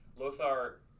Lothar